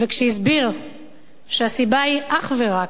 וכשהסביר שהסיבה היא אך ורק,